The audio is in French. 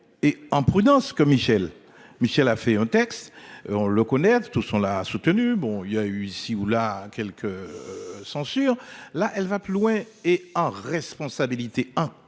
et imprudence comme Michel, Michel a fait un texte, on le connaît tous sont là soutenus, bon il y a eu ici ou là quelques. Censures là elle va plus loin et en responsabilité